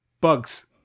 Bugs